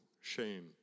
Shame